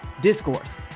Discourse